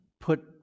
put